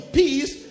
peace